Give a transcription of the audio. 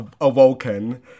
awoken